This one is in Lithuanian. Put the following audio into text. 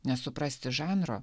nesuprasti žanro